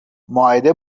مائده